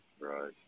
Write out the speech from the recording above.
right